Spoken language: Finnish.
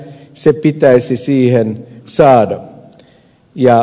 se pitäisi siihen saada